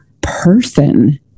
person